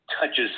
touches